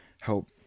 help